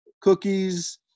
cookies